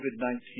COVID-19